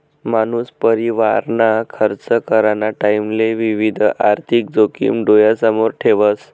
मानूस परिवारना खर्च कराना टाईमले विविध आर्थिक जोखिम डोयासमोर ठेवस